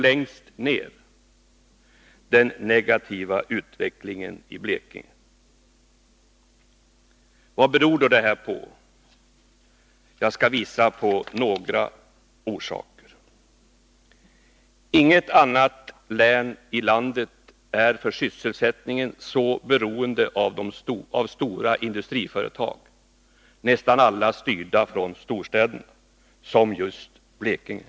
Längst ner syns den negativa utvecklingen i Blekinge. Vad beror då det här på? Jag skall visa på några orsaker. Inget annat län i landet är för sysselsättningen så beroende av sina stora industriföretag — nästan alla styrda från storstäderna — som just Blekinge.